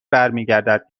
برمیگردد